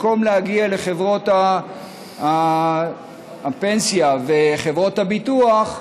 ובמקום שיגיעו לחברות הפנסיה וחברות הביטוח,